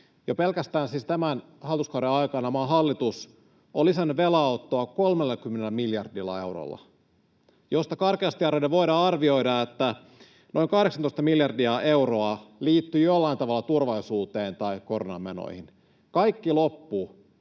jo pelkästään tämän hallituskauden aikana maan hallitus on lisännyt velanottoa 30 miljardilla eurolla, josta karkeasti arvioiden voidaan arvioida, että noin 18 miljardia euroa liittyy jollain tavalla turvallisuuteen tai koronamenoihin. Kaikki loput